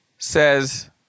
Says